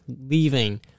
leaving